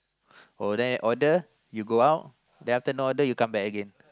oh then you order you go out then after not that you come back again